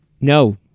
No